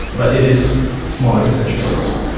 but it is smaller concentric circles.